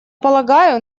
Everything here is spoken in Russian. полагаю